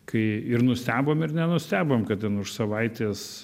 kai ir nustebom ir nenustebom kad ten už savaitės